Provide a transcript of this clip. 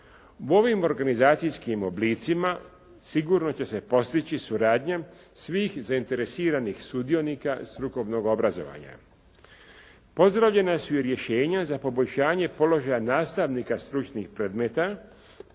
U ovim organizacijskim oblicima sigurno će se postići suradnja svih zainteresiranih sudionika strukovnog obrazovanja. Pozdravljena su i rješenja za poboljšanje položaja nastavnika stručnih predmeta,